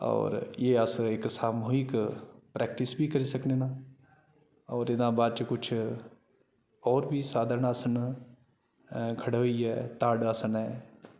होर एह् अस इक सामुहिक प्रैक्टिस बी करी सकने न होर एह्दे आ बाद च कुछ होर बी साधारण आसन खडे़ होइयै ताड़ आसन ऐ